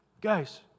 Guys